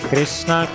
Krishna